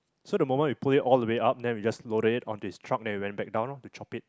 so the moment we pull it all the way up then we just loaded it onto his truck then we went back down orh to chop it